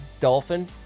dolphin